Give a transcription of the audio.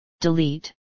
Delete